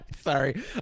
Sorry